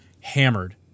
hammered